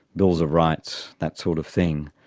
bills of rights, that sort of thing.